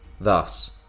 Thus